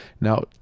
Now